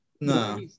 no